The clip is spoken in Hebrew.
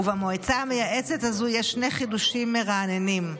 ובמועצה המייעצת הזו יש שני חידושים מרעננים: